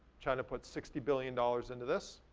china put sixty billion dollars into this.